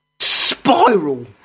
spiral